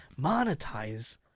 Monetize